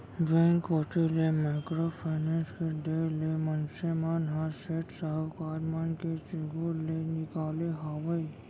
bank कोती ले micro finance के देय ले मनसे मन ह सेठ साहूकार मन के चुगूल ले निकाले हावय